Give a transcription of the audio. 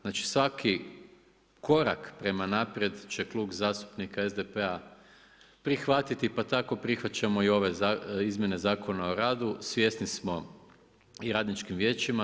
Znači svaki korak prema naprijed će Klub zastupnika SDP-a prihvatiti pa tako prihvaćamo i ove izmjene Zakona o radu i radničkim vijećima.